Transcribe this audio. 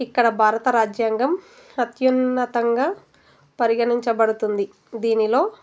ఇక్కడ భారత రాజ్యాంగం అత్యున్నతంగా పరిగణించబడుతుంది దీనిలో